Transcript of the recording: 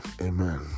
Amen